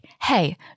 hey